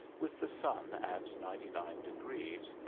with the sun at ninety-nine degrees,